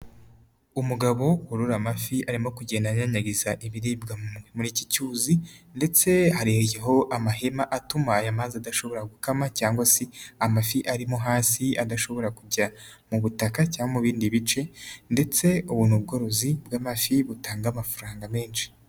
Umugabo worora amafi arimo kugenda anyanyagiza ibiribwa muri iki cyuzi, ndetse hariho amahema atuma aya mazi adashobora gukama cyangwa se amafi arimo hasi adashobora kujya mu butaka cyangwa mu bindi bice ndetse ubu bworozi bw'amafi butanga amafaranga menshi.